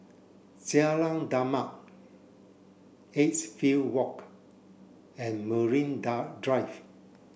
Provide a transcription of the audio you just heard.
Jalan Demak Edgefield Walk and Marine Drive